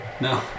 No